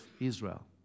Israel